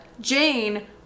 Jane